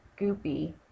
goopy